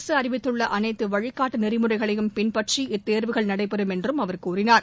அரசு அறிவித்துள்ள அனைத்து வழிகாட்டு நெறிமுறைகளையும் பின்பற்றி இத்தேர்வுகள் நடைபெறும் என்றும் அவர் கூறினார்